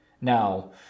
Now